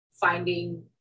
Finding